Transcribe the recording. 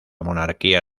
monarquía